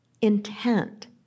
intent